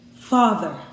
Father